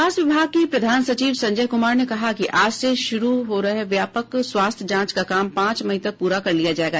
स्वास्थ्य विभाग के प्रधान सचिव संजय कुमार ने कहा है कि आज से शुरू हो रहे व्यापक स्वास्थ्य जांच का काम पांच मई तक पूरा कर लिया जायेगा